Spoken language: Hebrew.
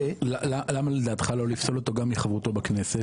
למה לדעתך לא לפסול אותו גם מחברותו בכנסת?